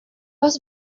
was